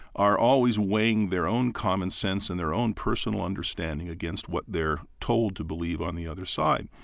are always weighing their own common sense and their own personal understanding against what they're told to believe on the other side.